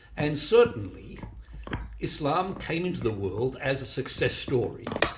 and certainly islam came into the world as a success story.